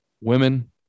Women